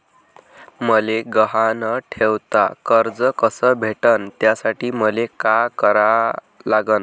मले गहान न ठेवता कर्ज कस भेटन त्यासाठी मले का करा लागन?